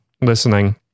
listening